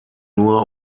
nur